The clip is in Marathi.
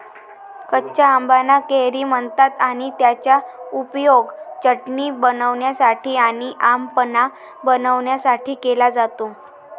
कच्या आंबाना कैरी म्हणतात आणि त्याचा उपयोग चटणी बनवण्यासाठी आणी आम पन्हा बनवण्यासाठी केला जातो